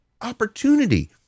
opportunity